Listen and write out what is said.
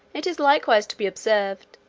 it is likewise to be observed,